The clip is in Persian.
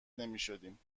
نمیشدیم